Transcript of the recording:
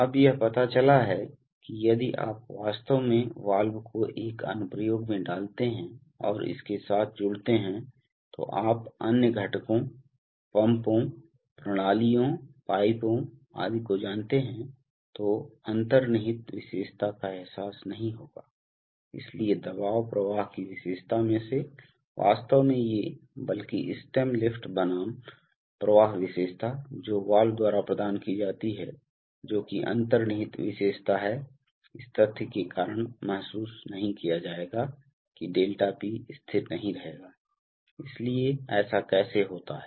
अब यह पता चला है कि यदि आप वास्तव में वाल्व को एक अनुप्रयोग में डालते हैं और इसके साथ जुड़ते हैं तो आप अन्य घटकों पंपों प्रणालियों पाइपों आदि को जानते हैं तो अंतर्निहित विशेषता का एहसास नहीं होगा इसलिए दबाव प्रवाह की विशेषता में से वास्तव में ये बल्कि स्टेम लिफ्ट बनाम प्रवाह विशेषता जो वाल्व द्वारा प्रदान की जाती है जो कि अंतर्निहित विशेषता है इस तथ्य के कारण महसूस नहीं किया जाएगा कि ∆P स्थिर नहीं रहेगा इसलिए ऐसा कैसे होता है